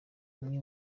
imwe